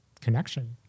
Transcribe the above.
connection